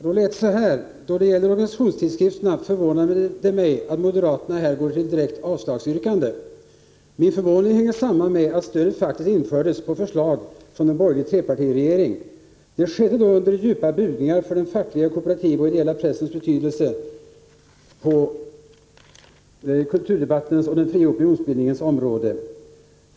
Då lät det så här: ”Då det gäller organisationstidskrifterna förvånar det mig att moderaterna här går till ett direkt avslagsyrkande.” Han fortsatte: ”Min förvåning hänger samman med att stödet faktiskt infördes på förslag från en borgerlig trepartiregering. Det skedde då under djupa bugningar för den fackliga, kooperativa och ideella pressens betydelse för kulturdebattens och den fria opinionsbildningens område.